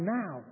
now